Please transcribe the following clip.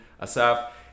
Asaf